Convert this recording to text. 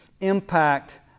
impact